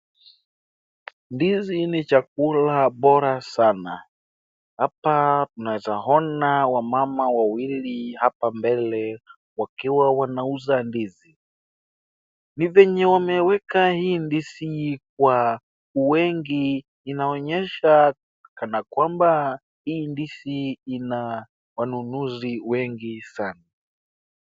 Ndizi ni chakula bora sana. Hapa tunaweza kuona wamama wawili hapa mbele wakiwa wanauza ndizi ni venye wameweka hii ndizi kwa wengi inaonyesha kwamba hii ndizi ina wanunuzi wengi sana.